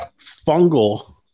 fungal